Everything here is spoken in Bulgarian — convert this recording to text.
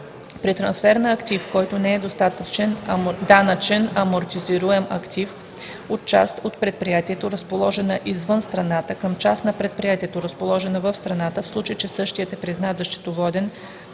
При трансфер на актив, който не е данъчен амортизируем актив, от част на предприятието, разположена извън страната, към част на предприятието, разположена в страната, в случай че същият е признат за счетоводни